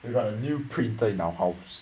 we got a new printer in our house